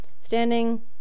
Standing